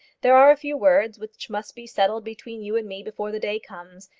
there are a few words which must be settled between you and me before the day comes,